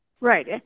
Right